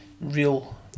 real